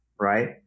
right